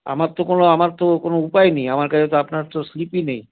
আমার তো কোনও আমার তো কোনও উপায় নেই আমার কাছে তো আপনার তো স্লিপই নেই